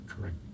Correct